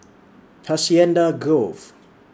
Hacienda Grove